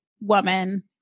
woman